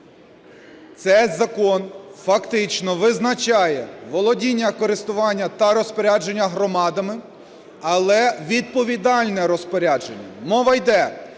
Цей закон фактично визначає володіння, користування та розпорядження громадами, але відповідальне розпорядження. Мова йде,